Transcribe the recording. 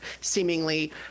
seemingly